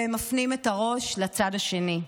והם מפנים את הראש לצד השני.